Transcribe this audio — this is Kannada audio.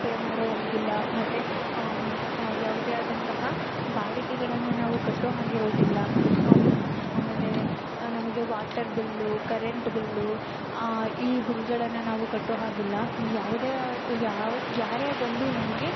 ಪೇ ಮಾಡೋ ಹಾಗಿಲ್ಲ ಮತ್ತು ಹ ಯಾವುದೇ ಆದಂತಹ ಬಾಡಿಗೆಗಳನ್ನು ನಾವು ಕಟ್ಟೊ ಹಾಗಿರೋದಿಲ್ಲ ಆಮೇಲೆ ನಮಗೆ ವಾಟರ್ ಬಿಲ್ಲು ಕರೆಂಟ್ ಬಿಲ್ಲು ಈ ಬಿಲ್ಗಳನ್ನು ನಾವು ಕಟ್ಟೊ ಹಾಗಿಲ್ಲ ಯಾವುದೇ ಯಾವ ಯಾರೇ ಬಂದು ನಮಗೆ